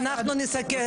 אז אנחנו נסכם,